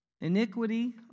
Iniquity